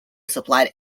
supplied